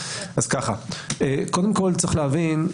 קודם כל יש להבין,